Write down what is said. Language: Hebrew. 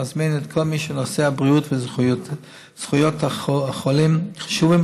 ומזמין את כל מי שנושאי הבריאות וזכויות החולים חשובים